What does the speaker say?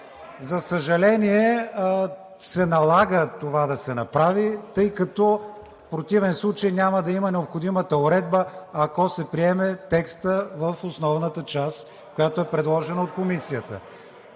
За съжаление, се налага това да се направи, тъй като в противен случай няма да има необходимата уредба, ако се приеме текстът в основната част, която е предложена от Комисията.